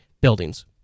buildings